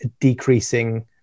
decreasing